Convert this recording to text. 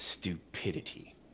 Stupidity